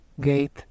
Gate